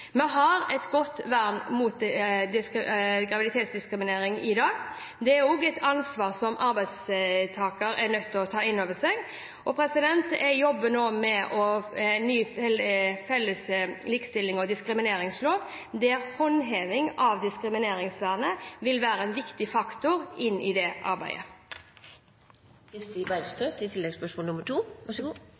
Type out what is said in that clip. Vi har et godt vern mot graviditetsdiskriminering i dag, men det er også et ansvar som arbeidstaker er nødt til å ta inn over seg. Jeg jobber nå med en ny, felles likestillings- og ikke-diskrimineringslov, og håndheving av diskrimineringsvernet vil være en viktig faktor i det arbeidet. Det aller viktigste vernet for gravide vil være at man har en kontrakt, og at man har et arbeid å gå til